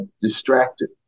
distracted